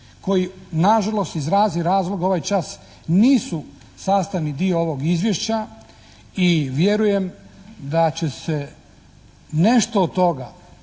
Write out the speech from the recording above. koji nažalost iz raznih razloga ovaj čas nisu sastavni dio ovog Izvješća i vjerujem da će se nešto od toga